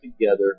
together